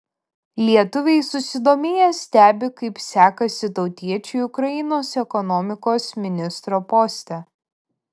lietuviai susidomėję stebi kaip sekasi tautiečiui ukrainos ekonomikos ministro poste